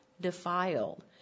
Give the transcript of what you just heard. defiled